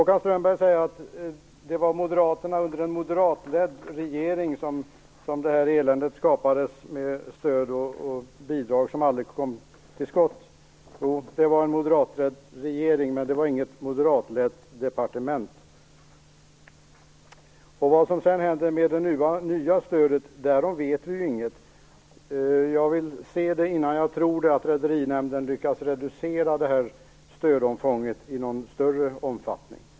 Håkan Strömberg säger att det var Moderaterna under en moderatledd regering som skapade det här eländet, med stöd och bidrag som aldrig kom till skott. Jo, det var en moderatledd regering, men det var inget moderatlett departement. Vad som händer med det nya stödet vet vi ju inte. Jag vill se det innan jag tror det, att Rederinämnden lyckas reducera stödomfånget i någon större omfattning.